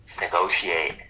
negotiate